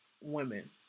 women